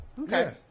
Okay